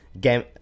game